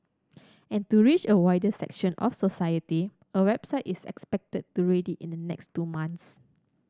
and to reach a wider section of society a website is expected to ready in the next two months